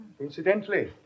Incidentally